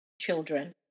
children